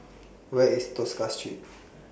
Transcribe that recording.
Where IS Tosca Street